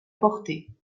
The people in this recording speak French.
portée